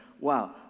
wow